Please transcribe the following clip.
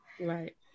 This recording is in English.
Right